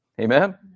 Amen